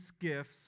gifts